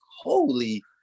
holy